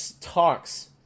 talks